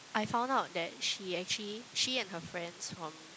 I found out that she actually she and her friends from